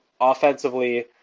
offensively